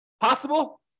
Possible